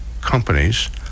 companies